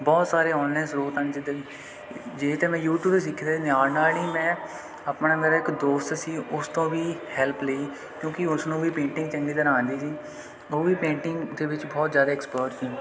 ਬਹੁਤ ਸਾਰੇ ਔਨਲਾਈਨ ਸਰੋਤ ਹਨ ਜਿੱਦਾਂ ਜਿਹਦੇ ਤੋਂ ਮੈਂ ਯੂਟੀਊਬ ਤੋਂ ਸਿੱਖਦੇ ਨਾਲ ਨਾਲ ਨਹੀਂ ਮੈਂ ਆਪਣਾ ਮੇਰਾ ਇੱਕ ਦੋਸਤ ਸੀ ਉਸ ਤੋਂ ਵੀ ਹੈਲਪ ਲਈ ਕਿਉਂਕਿ ਉਸ ਨੂੰ ਵੀ ਪੇਂਟਿੰਗ ਚੰਗੀ ਤਰ੍ਹਾਂ ਆਉਂਦੀ ਸੀ ਉਹ ਵੀ ਪੇਂਟਿੰਗ ਦੇ ਵਿੱਚ ਬਹੁਤ ਜ਼ਿਆਦਾ ਐਕਸਪਰਟਸ ਨੇ